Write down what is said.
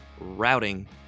routing